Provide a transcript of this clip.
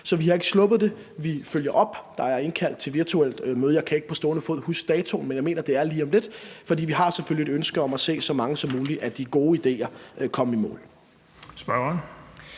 Så vi har ikke sluppet det, og vi følger op. Der er indkaldt til et virtuelt møde. Jeg kan ikke på stående fod huske datoen, men jeg mener, det er lige om lidt, for vi har selvfølgelig et ønske om at se så mange som muligt af de gode idéer komme i mål.